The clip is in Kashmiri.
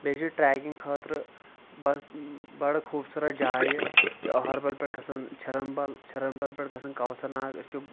بیٚیہِ چھِ ٹریکنٛگ خٲطرٕ بس بڑٕ خوٗبصوٗرت جاے یہِ یہِ چھِ أہربل پٮ۪ٹھ گژھان چھِرن بل چھِرن بل پٮ۪ٹھ گژھان کۄثر ناگ أسۍ چھُ